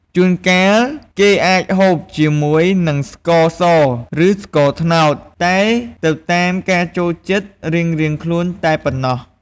ជូនកាលគេអាចហូបជាមួយនឹងស្ករសឬស្ករត្នោតតែទៅតាមការចូលចិត្តរៀងៗខ្លួនតែប៉ុណ្ណោះ។